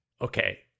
okay